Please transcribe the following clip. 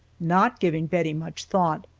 not giving bettie much thought.